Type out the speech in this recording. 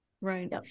right